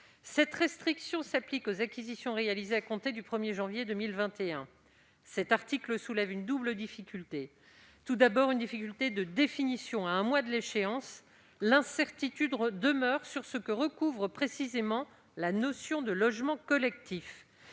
Cette restriction s'applique aux acquisitions réalisées à compter du 1 janvier 2021. Cet article soulève une double difficulté. Une difficulté de définition, tout d'abord : à un mois de l'échéance, l'incertitude demeure sur ce que recouvre précisément la notion de logement collectif.